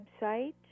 website